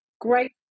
great